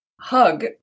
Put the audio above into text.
hug